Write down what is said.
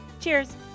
Cheers